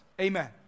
Amen